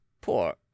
poor